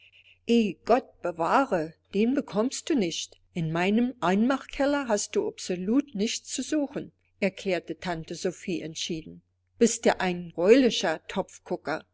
i gott bewahre den bekommst du nicht in meinem einmachkeller hast du absolut nichts zu suchen erklärte tante sophie entschieden bist ja ein